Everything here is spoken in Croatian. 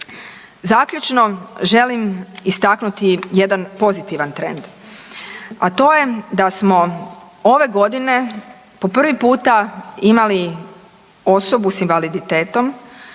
Zaključno želim istaknuti jedan pozitivan trend, a to je da smo ove godine po prvi puta imali osobu s invaliditetom